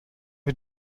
wir